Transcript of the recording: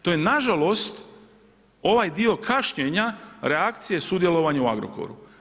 To je nažalost, ovaj dio kašnjenja reakcija sudjelovanje u Agrokoru.